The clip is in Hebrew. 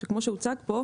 שכמו שהוצג כאן,